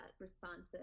responsive